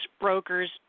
brokers